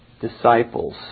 disciples